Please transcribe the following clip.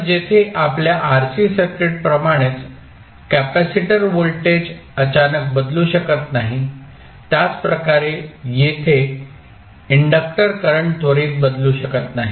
तर जेथे आपल्या RC सर्किट प्रमाणेच कॅपेसिटर व्होल्टेज अचानक बदलू शकत नाही त्याच प्रकारे येथे इंडक्टर करंट त्वरित बदलू शकत नाही